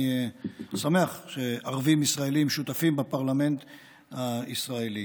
אני שמח שערבים ישראלים שותפים בפרלמנט הישראלי.